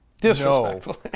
disrespectfully